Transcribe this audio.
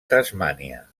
tasmània